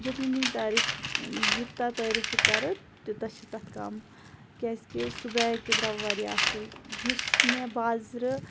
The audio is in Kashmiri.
جتنی تعریٖف یوتاہ تعریٖف بہٕ کَرٕ تیوٗتاہ چھُ تَتھ کَم کیازکہِ سُہ بیگ تہِ درٛاو واریاہ اَصل یُس مےٚ بازرٕ